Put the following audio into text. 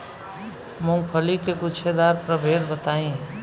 मूँगफली के गूछेदार प्रभेद बताई?